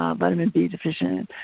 ah vitamin b deficient,